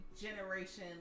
generation